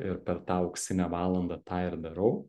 ir per tą auksinę valandą tą ir darau